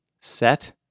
set